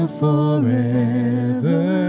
forever